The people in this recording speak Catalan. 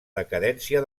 decadència